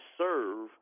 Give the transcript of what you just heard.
serve